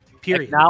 period